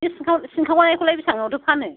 बे सिनखावनायखौलाय बेसेबाङावथो फानो